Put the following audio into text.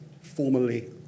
formally